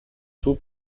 two